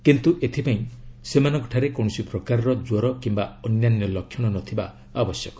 କିନ୍ତୁ ଏଥିପାଇଁ ସେମାନଙ୍କଠାରେ କୌଣସି ପ୍ରକାରର ଜ୍ୱର କିମ୍ବା ଅନ୍ୟାନ୍ୟ ଲକ୍ଷଣ ନଥିବା ଆବଶ୍ୟକ